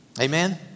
Amen